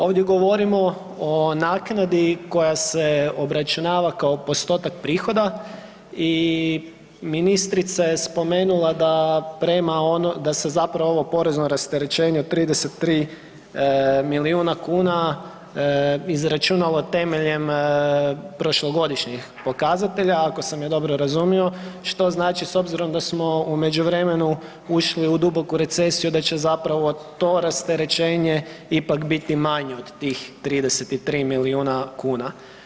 Ovdje govorimo o naknadi koja se obračunava kao postotak prihoda i ministrica je spomenula da se zapravo ovo porezno rasterećenje od 33 milijuna kuna izračunalo temeljem prošlogodišnjih pokazatelja ako sam je dobro razumio, što znači s obzirom da smo u međuvremenu ušli u duboku recesiju da će zapravo to rasterećenje ipak biti manje od tih 33 milijuna kuna.